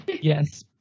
Yes